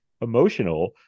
emotional